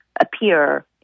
appear